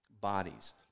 bodies